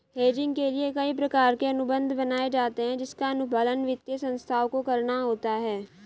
hedging के लिए कई प्रकार के अनुबंध बनाए जाते हैं जिसका अनुपालन वित्तीय संस्थाओं को करना होता है